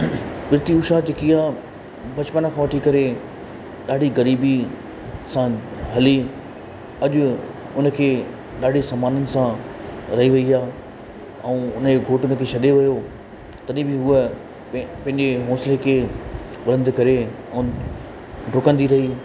P T Usha जेकी आहे बचपन खां वठी करे ॾाढी ग़रीबी सां हली अॼु उन खे ॾाढे समाननि सां रही वई आहे ऐं उन जो घोट उन खे छॾे वियो तॾहिं बि उहो पंहिंजे होसले खे बुलंद करे ऐं ड्रुकंदी रही